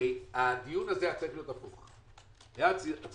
הרי הדיון הזה היה צריך להיות הפוך: צריכה